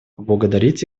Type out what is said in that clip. поблагодарить